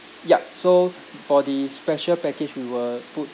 yup so for the special package we will put